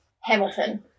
Hamilton